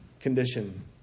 Condition